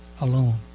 alone